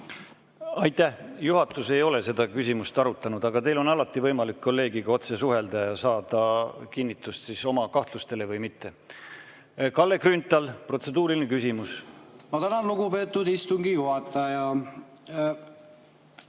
Aitäh! Juhatus ei ole seda küsimust arutanud, aga teil on alati võimalik kolleegiga otse suhelda ja saada oma kahtlustele kinnitust või siis mitte. Kalle Grünthal, protseduuriline küsimus. Ma tänan, lugupeetud istungi juhataja!